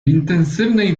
intensywnej